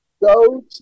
go